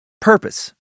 Purpose